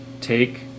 Take